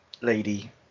lady